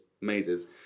mazes